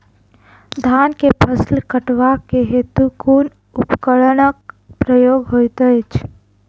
धान केँ फसल कटवा केँ हेतु कुन उपकरणक प्रयोग होइत अछि?